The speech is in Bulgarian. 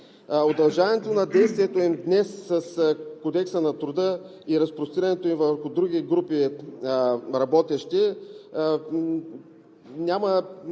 Удължаването на действието им днес с Кодекса на труда и разпростирането им върху други групи работещи няма